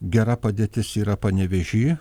gera padėtis yra panevėžy